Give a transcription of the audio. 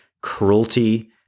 cruelty